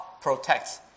protects